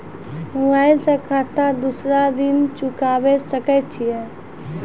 Mobile से खाता द्वारा ऋण चुकाबै सकय छियै?